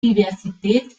diversität